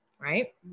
right